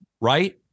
Right